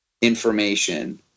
information